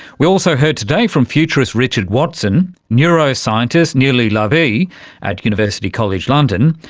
we also heard today from futurist richard watson, neuro-scientist nilli lavie at university college london,